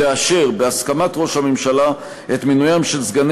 לאשר בהסכמת ראש הממשלה את מינוים של סגני